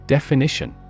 Definition